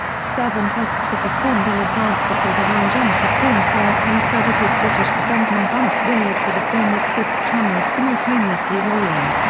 seven tests were performed in advance before the one jump performed by an uncredited british stuntman bumps williard for the film with six cameras simultaneously rolling.